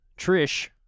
Trish